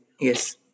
yes